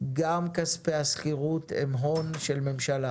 גם כספי השכירות הם הון של הממשלה,